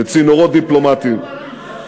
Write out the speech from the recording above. בצינורות דיפלומטיים, הם רק נאמרים.